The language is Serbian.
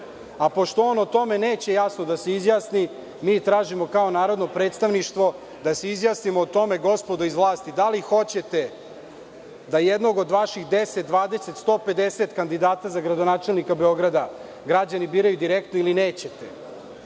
a pošto on o tome neće jasno da se izjasni, mi tražimo, kao narodno predstavništvo, da se izjasnimo o tome, gospodo iz vlasti – da li hoćete da jednog od vaših 10, 20, 150 kandidata za gradonačelnika Beograda građani biraju direktno ili nećete? Pošto